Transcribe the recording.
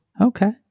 Okay